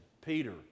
Peter